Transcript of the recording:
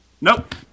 Nope